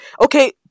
Okay